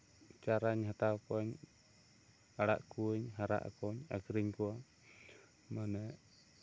ᱪᱟᱨᱟᱧ ᱦᱟᱛᱟᱣ ᱠᱚᱣᱟᱧ ᱟᱲᱟᱜ ᱠᱚᱣᱟᱧ ᱦᱟᱨᱟᱠ ᱟᱠᱚ ᱟᱠᱷᱨᱤᱧ ᱠᱚᱣᱟ ᱢᱟᱱᱮ